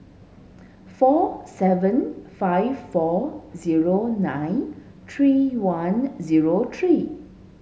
four seven five four zero nine three one zero three